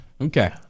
okay